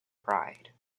pride